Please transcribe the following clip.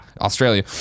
Australia